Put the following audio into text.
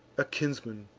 a kinsman,